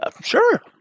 Sure